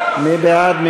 מי בעד?